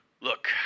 Look